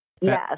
Yes